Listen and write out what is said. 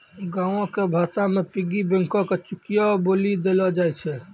गांवो के भाषा मे पिग्गी बैंको के चुकियो बोलि देलो जाय छै